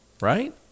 Right